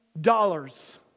dollars